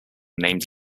named